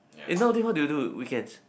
eh nowadays how do you do weekends